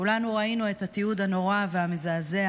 כולנו ראינו את התיעוד הנורא והמזעזע